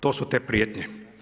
To su te prijetnje.